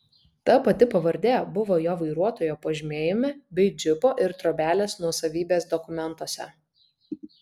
ta pati pavardė buvo jo vairuotojo pažymėjime bei džipo ir trobelės nuosavybės dokumentuose